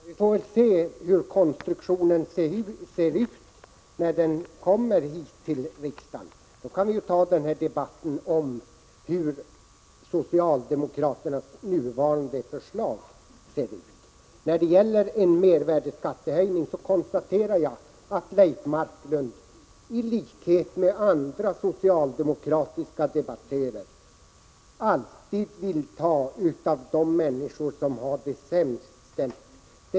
Herr talman! Vi får väl se hur konstruktionen blir när frågan kommer upp till riksdagen. Då får vi debattera det socialdemokratiska förslaget. När det gäller mervärdeskattehöjningen konstaterar jag att Leif Marklund, i likhet med andra socialdemokratiska debattörer, alltid vill ta av de människor som har det sämst ställt.